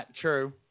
True